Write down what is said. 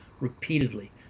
repeatedly